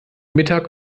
mittag